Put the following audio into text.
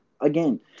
again